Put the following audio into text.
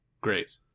great